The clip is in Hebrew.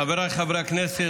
חבריי חברי הכנסת,